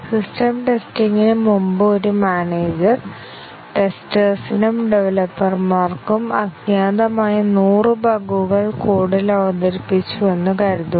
system ടെസ്റ്റിംഗിന് മുമ്പ് ഒരു മാനേജർ ടെസ്റ്റർസ് നും ഡവലപ്പർമാർക്കും അജ്ഞാതമായ 100 ബഗുകൾ കോഡിൽ അവതരിപ്പിച്ചുവെന്ന് കരുതുക